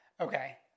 okay